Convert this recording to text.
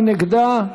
מי נגדה?